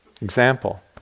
Example